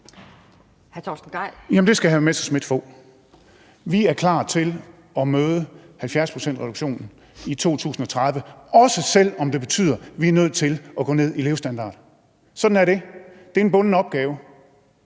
(ALT): Det skal hr. Morten Messerschmidt få. Vi er klar til at møde 70-procentsreduktionen i 2030, også selv om det betyder, at vi er nødt til at gå ned i levestandard. Sådan er det. Det er en bunden opgave.